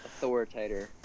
authoritator